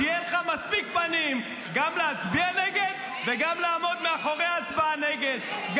שיהיה לך מספיק פנים גם להצביע נגד וגם לעמוד מאחורי ההצבעה נגד.